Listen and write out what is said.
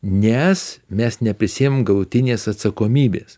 nes mes neprisiimam galutinės atsakomybės